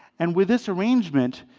and with this arrangement,